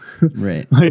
Right